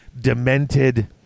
demented